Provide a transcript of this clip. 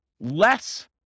less